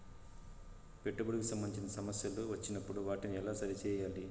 పెట్టుబడికి సంబంధించిన సమస్యలు వచ్చినప్పుడు వాటిని ఎలా సరి చేయాలి?